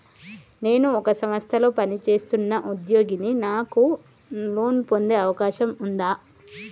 నేను ఒక సంస్థలో పనిచేస్తున్న ఉద్యోగిని నాకు లోను పొందే అవకాశం ఉందా?